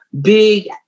big